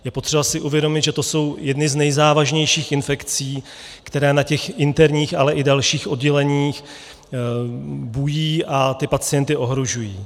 Je potřeba si uvědomit, že to jsou jedny z nejzávažnějších infekcí, které na interních, ale i dalších odděleních bují a pacienty ohrožují.